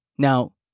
Now